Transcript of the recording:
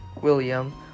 William